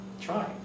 try